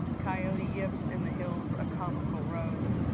coyote yips in the hills, a comical robe.